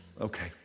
okay